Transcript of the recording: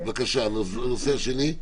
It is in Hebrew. בבקשה, הנושא השני.